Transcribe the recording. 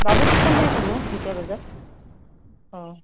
বাবুৰ টিউশ্যন শেষ হ'ব দুটা বজাত অঁ